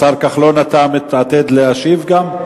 השר כחלון, אתה מתעתד להשיב גם?